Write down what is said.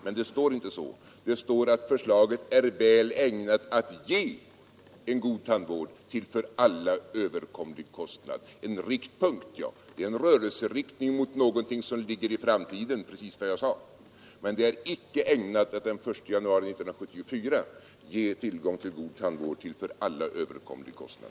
Men det står inte så. Det står att förslaget är väl ägnat att ge en god tandvård till för alla överkomlig kostnad. En riktpunkt är en rörelseriktning mot något som ligger i framtiden, alltså precis vad jag sade. Men det är icke ägnat att den 1 januari 1974 ge tillgång till god tandvård till för alla överkomlig kostnad.